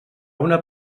una